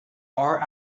are